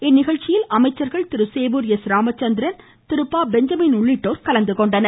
இந்நிகழ்ச்சியில் அமைச்சர்கள் திரு சேவூர் எஸ் ராமச்சந்திரன் திரு ப பெஞ்சமின் உள்ளிட்டோர் கலந்துகொண்டனர்